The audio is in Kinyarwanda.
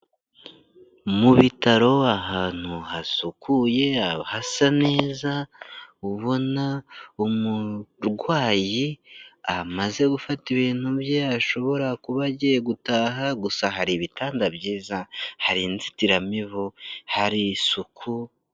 Mu bitaro ahantu hasukuye, hasa neza, ubona umurwayi amaze gufata ibintu bye ashobora kuba agiye gutaha, gusa hari ibitanda byiza, hari inzitiramibu, hari isuku.